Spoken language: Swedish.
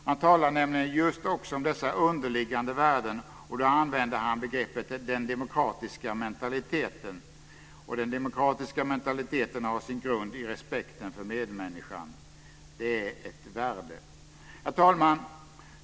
Han talar nämligen just också om dess underliggande värden och då använder han begreppet den demokratiska mentaliteten. Den demokratiska mentaliteten har sin grund i respekten för medmänniskan. Ett värde. Herr talman!